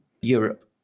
Europe